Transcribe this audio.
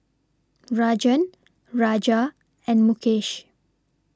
Rajan Raja and Mukesh